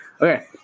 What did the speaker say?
okay